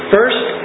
First